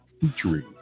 Featuring